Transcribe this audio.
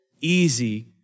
easy